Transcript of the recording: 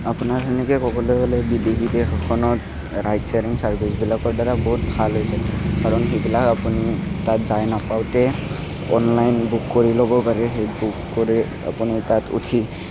আপোনাৰ সেনেকে ক'বলৈ গ'লে বিদেশী দেশ এখনত ৰাইড শ্বেয়াৰিং ছাৰ্ভিচ বিলাকৰ দ্বাৰা বহুত ভাল হৈছে কাৰণ সেইবিলাক আপুনি তাত যায় নাপাওঁতেই অনলাইন বুক কৰি ল'ব পাৰি সেই বুক কৰি আপুনি তাত উঠি